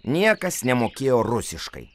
niekas nemokėjo rusiškai